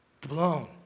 blown